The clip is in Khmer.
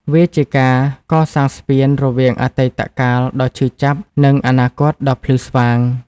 វាជាការកសាងស្ពានរវាងអតីតកាលដ៏ឈឺចាប់ និងអនាគតដ៏ភ្លឺស្វាង។